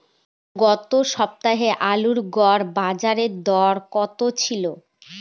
গত সপ্তাহে আলুর গড় বাজারদর কত ছিল?